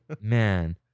Man